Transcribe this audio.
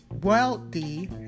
wealthy